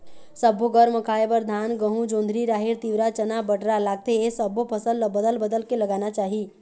सब्बो घर म खाए बर धान, गहूँ, जोंधरी, राहेर, तिंवरा, चना, बटरा लागथे ए सब्बो फसल ल बदल बदल के लगाना चाही